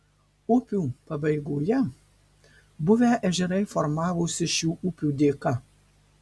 upių pabaigoje buvę ežerai formavosi šių upių dėka